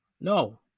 No